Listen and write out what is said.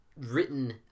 written